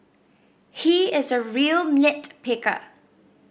he is a real nit picker